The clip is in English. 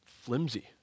flimsy